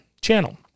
channel